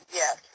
yes